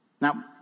Now